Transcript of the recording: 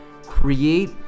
create